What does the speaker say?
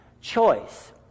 choice